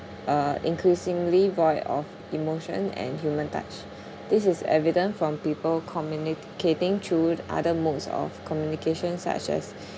uh increasingly void of emotion and human touch this is evident from people communicating through other modes of communication such as